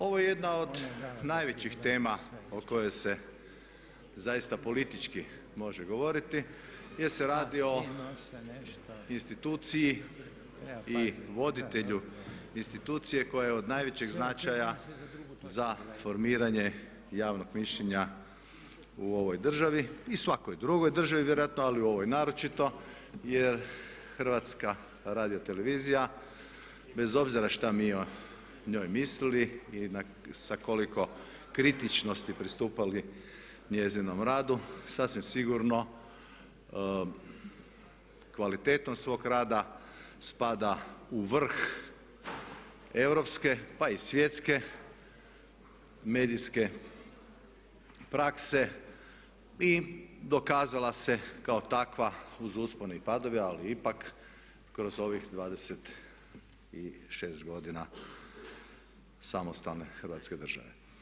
Ovo je jedna od najvećih tema o kojoj se zaista politički može govoriti jer se radi o instituciji i voditelju institucije koja je od najvećeg značaja za formiranje javnog mišljenja u ovoj državi i svakoj drugoj državi vjerojatno, ali u ovoj naročito jer HRT bez obzira šta mi o njoj mislili i sa koliko kritičnosti pristupali njezinom radu sasvim sigurno kvalitetom svog rada spada u vrh europske pa i svjetske medijske prakse i dokazala se kao takva uz uspone i padove ali ipak kroz ovih 26 godina samostalne Hrvatske države.